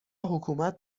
حکومت